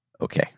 Okay